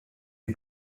est